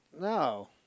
No